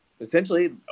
essentially